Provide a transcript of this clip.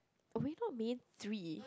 oh we're not main three